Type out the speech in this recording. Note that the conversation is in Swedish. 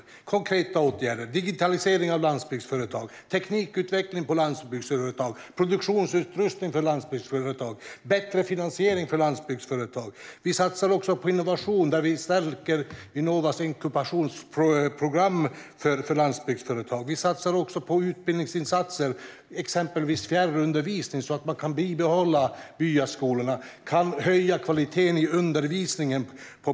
Det handlar om konkreta åtgärder: digitalisering av landsbygdsföretag, teknikutveckling i landsbygdsföretag, produktionsutrustning för landsbygdsföretag och bättre finansiering för landsbygdsföretag. Vi satsar också på innovation och stärker Vinnovas inkubationsprogram för landsbygdsföretag. Vi satsar också på utbildningsinsatser, exempelvis fjärrundervisning, så att man kan bibehålla byskolorna och höja kvaliteten i undervisningen där.